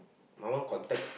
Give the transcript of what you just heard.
my one contact